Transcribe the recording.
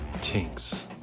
Tinks